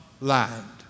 land